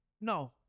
no